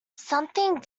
something